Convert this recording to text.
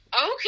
okay